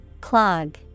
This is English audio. Clog